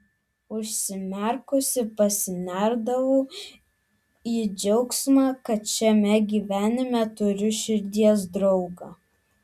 užsimerkusi pasinerdavau į džiaugsmą kad šiame gyvenime turiu širdies draugą